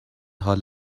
حال